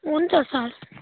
हुन्छ सर